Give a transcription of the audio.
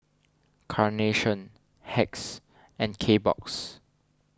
Carnation Hacks and Kbox